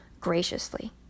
graciously